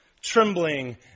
trembling